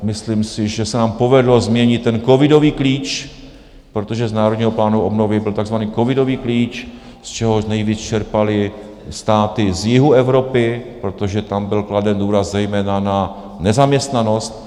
Myslím si, že se nám povedlo změnit ten covidový klíč, protože z Národního plánu obnovy byl takzvaný covidový klíč, z čehož nejvíc čerpaly státy z jihu Evropy, protože tam byl kladen důraz zejména na nezaměstnanost.